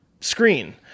screen